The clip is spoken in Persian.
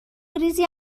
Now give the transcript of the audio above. ریزی